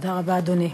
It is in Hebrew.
תודה רבה, אדוני.